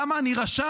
למה אני רשע?